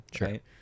right